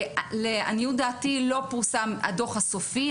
לעניות דעתי לא פורסם הדוח הסופי,